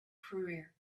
career